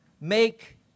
make